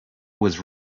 was